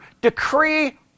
decree